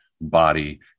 body